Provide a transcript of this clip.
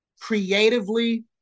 creatively